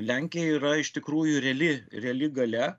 lenkija yra iš tikrųjų reali reali galia